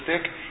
stick